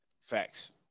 Facts